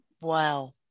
Wow